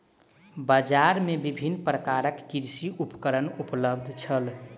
बजार में विभिन्न प्रकारक कृषि उपकरण उपलब्ध छल